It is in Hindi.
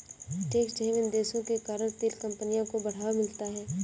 टैक्स हैवन देशों के कारण तेल कंपनियों को बढ़ावा मिलता है